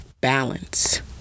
balance